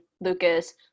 Lucas